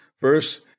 First